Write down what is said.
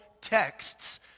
texts